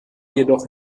jedoch